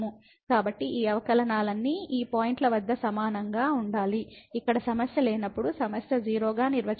కాబట్టి ఈ అవకలనాలన్నీ ఈ పాయింట్ల వద్ద సమానంగా ఉండాలి ఇక్కడ సమస్య లేనప్పుడు సమస్య 0 గా నిర్వచించబడుతుంది